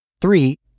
Three